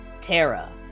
Tara